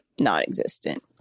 non-existent